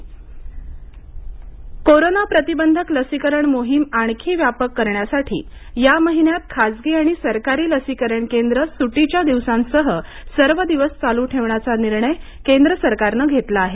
Covid आणि लसीकरण corona प्रतिबंधक लसीकरण मोहीम आणखी व्यापक करण्यासाठी या महिन्यात खाजगी आणि सरकारी लसीकरण केंद्र सुटीच्या दिवासांसह सर्व दिवस चालू ठेवण्याचा निर्णय केंद्र सरकारनं घेतला आहे